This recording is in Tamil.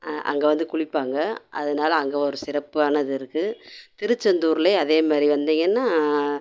அங்கே வந்து குளிப்பாங்கள் அதனால் அங்கே ஒரு சிறப்பானது இருக்கும் திருச்செந்தூர்லையும் அதே மாதிரி வந்தீங்கன்னால்